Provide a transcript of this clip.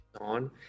on